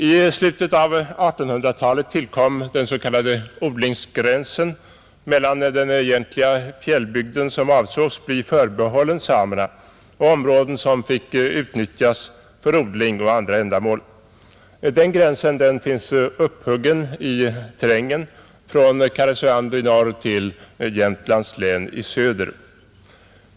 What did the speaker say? I slutet på 1800-talet tillkom den s, k. odlingsgränsen mellan den egentliga fjällbygden, som avsågs bli förbehållen samerna, och områden som fick utnyttjas för odling och andra ändamål. Den gränsen finns upphuggen i terrängen från Karesuando i norr till Jämtlands län i söder.